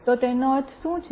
તો તેનો અર્થ શું છે